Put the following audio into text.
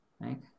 Right